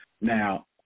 Now